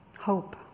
hope